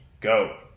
go